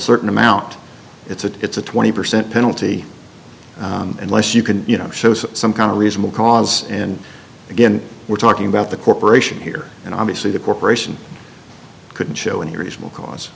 certain amount it's a twenty percent penalty unless you can you know shows some kind of reasonable cause and again we're talking about the corporation here and obviously the corporation could show any reasonable cause